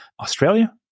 Australia